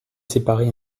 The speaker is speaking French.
séparer